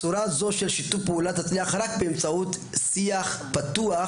צורה זו של שיתוף פעולה תצליח רק באמצעות שיח פתוח